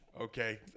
Okay